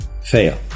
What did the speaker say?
fail